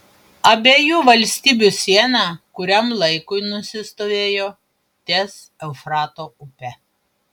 abiejų valstybių siena kuriam laikui nusistovėjo ties eufrato upe